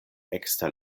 ekster